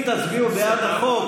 אם תצביעו בעד החוק,